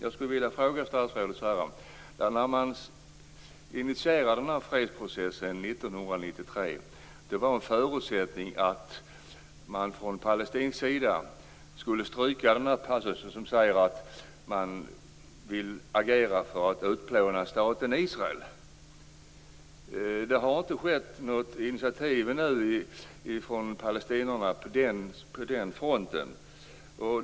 När fredsprocessen initierades 1993 var det en förutsättning att man från palestinsk sida skulle stryka den passus som säger att man vill agera för att utplåna staten Israel. Det har inte tagits något initiativ ännu från palestinierna på den fronten.